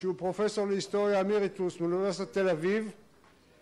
שהוא פרופסור להיסטוריה אמריתוס מאוניברטיסת תל אביב